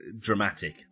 dramatic